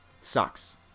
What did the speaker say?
Sucks